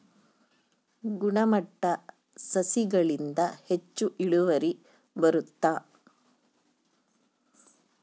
ಗುಣಮಟ್ಟ ಸಸಿಗಳಿಂದ ಹೆಚ್ಚು ಇಳುವರಿ ಬರುತ್ತಾ?